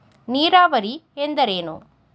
ನೀರಾವರಿ ಎಂದರೇನು?